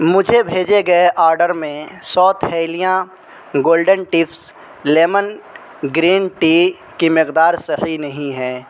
مجھے بھیجے گئے آرڈر میں سو تھیلیاں golden tips lemon green tea کی مقدار صحیح نہیں ہے